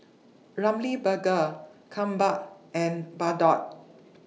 Ramly Burger Kappa and Bardot